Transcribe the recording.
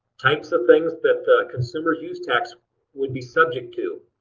types of things that consumer's use tax would be subject to.